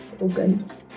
organs